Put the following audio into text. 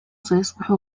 سيصبح